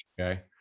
Okay